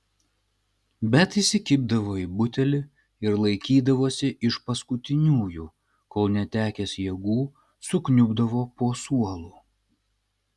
bet įsikibdavo į butelį ir laikydavosi iš paskutiniųjų kol netekęs jėgų sukniubdavo po suolu